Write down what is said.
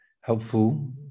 helpful